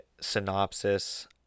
synopsis